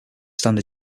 stand